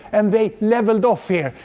and they leveled off here.